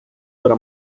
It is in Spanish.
para